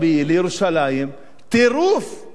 סכנת נפשות לנסוע על הכביש.